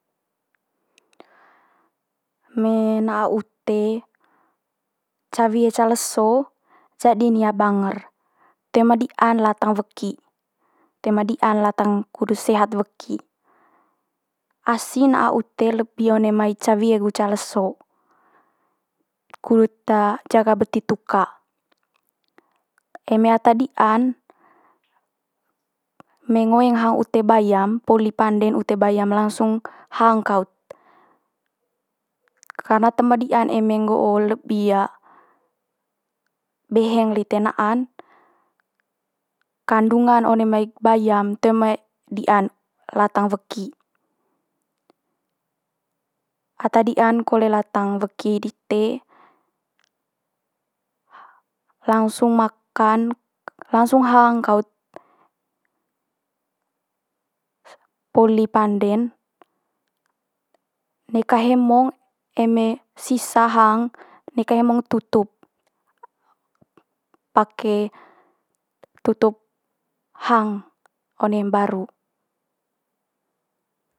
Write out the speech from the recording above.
Me na'a ute ca wie ca leso jadi'n hia banger, toe ma di'an latang weki, toe ma di'an latang kudu sehat weki. Asi na'a ute lebi one mai ca wie gu ca leso, kut jaga beti tuka. Eme ata di'an me ngoeng hang ute bayam, poli pande'n ute bayam langsung hang kaut karna toe ma di'an eme nggo'o lebi beheng lite na'an kandungan one mai bayam toe ma di'an latang weki. Ata di'an kole latang weki dite langsung makan, langsung hang kaut poli pande'n neka hemong eme sisa hang, neka hemong tutup pake tutup hang one mbaru.